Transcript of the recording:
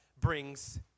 brings